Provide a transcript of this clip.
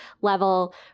level